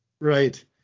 Right